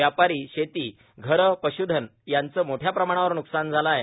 व्यापारए शेतीए घरंए पश्धन यांचं मोठ्या प्रमाणावर न्कसान झालं आहे